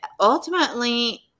ultimately